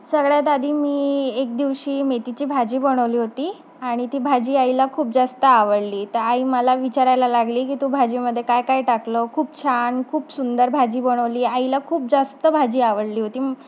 सगळ्यात आधी मी एक दिवशी मेथीची भाजी बनवली होती आणि ती भाजी आईला खूप जास्त आवडली तर आई मला विचारायला लागली की तू भाजीमध्ये काय काय टाकलं खूप छान खूप सुंदर भाजी बनवली आईला खूप जास्त भाजी आवडली होती